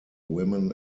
women